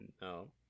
No